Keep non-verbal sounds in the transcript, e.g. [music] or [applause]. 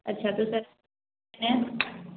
अच्छा तो सर [unintelligible]